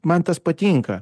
man tas patinka